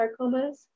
sarcomas